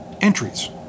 entries